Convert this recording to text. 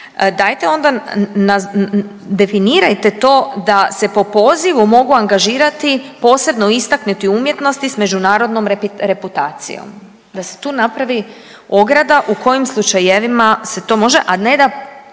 dajte onda definirajte to da se po pozivu mogu angažirati posebno istaknuti umjetnosti s međunarodnom reputacijom. Da se tu napravi ograda u kojim slučajevima se to može, a ne da